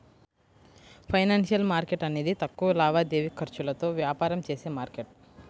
financial market అనేది తక్కువ లావాదేవీ ఖర్చులతో వ్యాపారం చేసే మార్కెట్